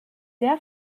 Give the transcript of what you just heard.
der